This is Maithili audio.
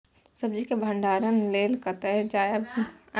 सब्जी के भंडारणक लेल कतय जायब?